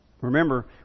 Remember